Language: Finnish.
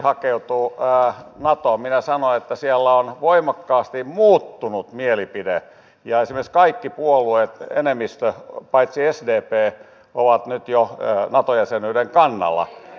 minä sanoin että siellä on voimakkaasti muuttunut mielipide ja esimerkiksi kaikki puolueet enemmistö paitsi sdp ovat nyt jo nato jäsenyyden kannalla